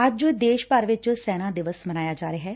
ਅੱਜ ਦੇਸ਼ ਭਰ ਚ ਸੈਨਾ ਦਿਵਸ ਮਨਾਇਆ ਜਾ ਰਿਹੈ